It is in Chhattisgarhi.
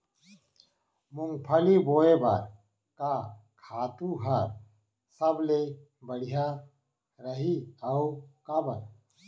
मूंगफली बोए बर का खातू ह सबले बढ़िया रही, अऊ काबर?